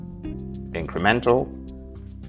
incremental